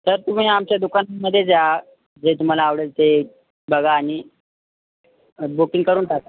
sir तुम्ही आमच्या दुकानामध्येच या जे तुम्हाला आवडेल ते बघा आणि बुकिंग करून टाका